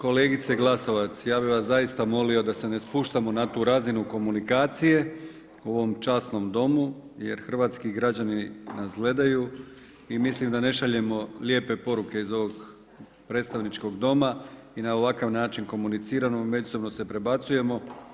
Kolegice Glasovac, ja bih vas zaista molio da se ne spuštamo na tu razinu komunikacije u ovom časnom domu jer hrvatski građani nas gledaju i mislim da ne šaljemo lijepe poruke iz ovog predstavničkog doma i na ovakav način komuniciram i međusobno si prebacujemo.